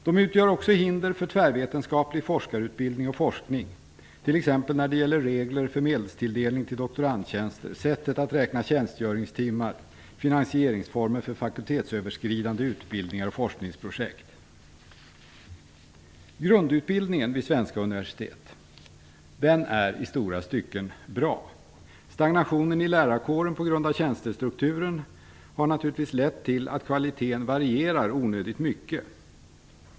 De utgör också ett hinder för tvärvetenskaplig forskarutbildning och forskning, t.ex. när det gäller regler för medelstilldelning till doktorandtjänster, sättet att räkna tjänstgöringstimmar och finansieringsformer för fakultetsöverskridande utbildningar och forskningsprojekt. Grundutbildningen vid svenska universitet är i stora stycken bra. Stagnationen i lärarkåren på grund av tjänstestrukturen har naturligtvis lett till att kvaliteten varierar onödigt mycket.